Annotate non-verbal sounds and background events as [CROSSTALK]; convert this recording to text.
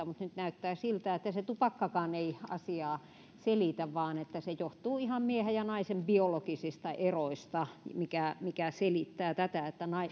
[UNINTELLIGIBLE] mutta nyt näyttää siltä että se tupakkakaan ei asiaa selitä vaan että se johtuu ihan miehen ja naisen biologisista eroista mikä mikä selittää tätä että